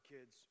Kids